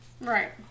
Right